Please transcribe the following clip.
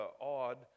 odd